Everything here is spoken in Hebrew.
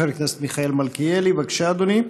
חבר הכנסת מיכאל מלכיאלי, בבקשה, אדוני,